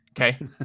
Okay